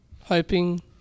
hoping